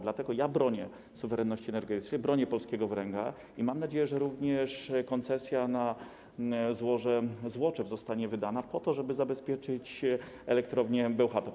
Dlatego bronię suwerenności energetycznej, bronię polskiego węgla i mam nadzieję, że również koncesja na złoże Złoczew zostanie wydana po to, żeby zabezpieczyć elektrownię Bełchatów.